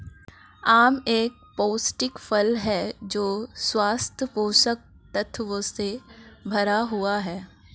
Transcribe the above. आम एक पौष्टिक फल है जो स्वस्थ पोषक तत्वों से भरा हुआ है